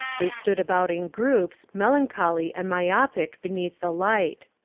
they stood about in groups, mel ancholy and myopic beneath the light.